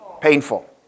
painful